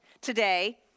today